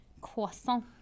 Croissant